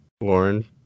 Lauren